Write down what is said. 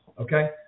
okay